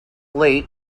late